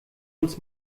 uns